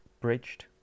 bridged